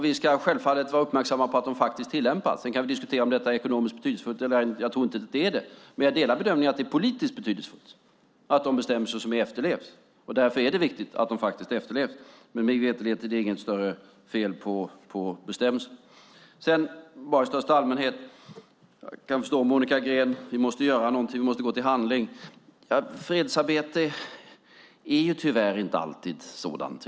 Vi ska självfallet vara uppmärksamma på att de faktiskt tillämpas. Sedan kan vi diskuterar om detta är ekonomiskt betydelsefullt eller ej. Jag tror inte att det är det, men jag delar bedömningen att det är politiskt betydelsefullt att bestämmelserna efterlevs. Därför är det viktigt att de faktiskt efterlevs, men mig veterligt är det inget större fel på bestämmelserna. Jag kan förstå Monica Green i största allmänhet - vi måste göra någonting och vi måste gå till handling. Men fredsarbete är tyvärr inte alltid sådant.